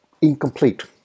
incomplete